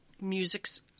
musics